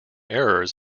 errors